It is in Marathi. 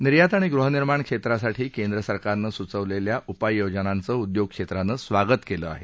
निर्यात आणि गृहनिर्माण क्षेत्रासाठी केंद्रसरकारनं सुचवलेल्या उपाय योजनांचं उद्योग क्षेत्रानं स्वागत केलं आहे